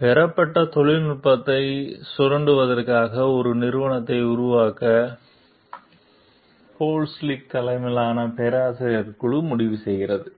பெறப்பட்ட தொழில்நுட்பத்தை சுரண்டுவதற்காக ஒரு நிறுவனத்தை உருவாக்க போலின்ஸ்கி தலைமையிலான பேராசிரியர்கள் குழு முடிவு செய்கிறது